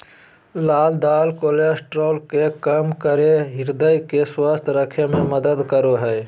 लाल दाल कोलेस्ट्रॉल के कम करके हृदय के स्वस्थ रखे में मदद करो हइ